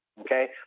Okay